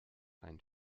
ein